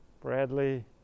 Bradley